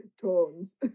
Tones